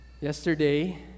Yesterday